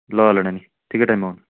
ल ल नानी ठिकै टाइममा आउनु